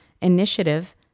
initiative